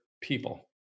people